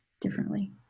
differently